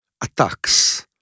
Attacks